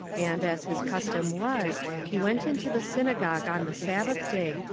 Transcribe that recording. and, as his custom was, he went into the synagogue on the sabbath day,